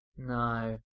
No